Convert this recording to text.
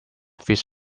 fits